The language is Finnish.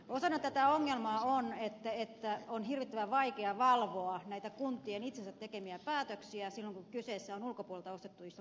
osana tätä ongelmaa on että on hirvittävän vaikea valvoa näitä kuntien itsensä tekemiä päätöksiä silloin kun kyse on ulkopuolelta ostetuista palveluista